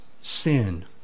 sin